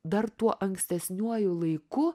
dar tuo ankstesniuoju laiku